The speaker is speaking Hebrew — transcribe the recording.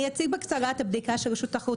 אני אציג את בקצרה את הבדיקה שרשות התחרות